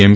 એમ